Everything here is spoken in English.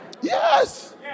yes